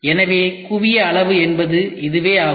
எனவே குவிய அளவு என்பது இதுவே ஆகும்